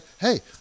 hey